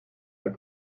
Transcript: herr